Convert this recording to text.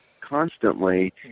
constantly